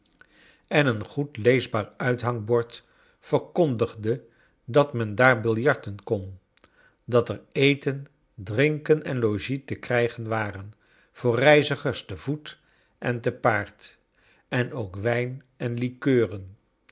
en een goed leesbaar uithangbord verkondigde dat men daar biljarten kon dat er eten drinken en logies te krrjgen waren voor reizigers te voet en te paard en ook wijn en kkeuren